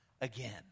again